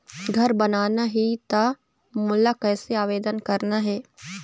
घर बनाना ही त मोला कैसे आवेदन करना हे?